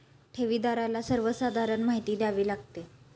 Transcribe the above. ठेवीदाराला सर्वसाधारण माहिती द्यावी लागते